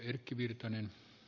arvoisa puhemies